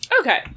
Okay